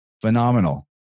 Phenomenal